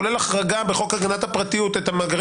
כולל החרגה בחוק הגנת הפרטיות את מאגרי